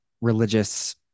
religious